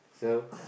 so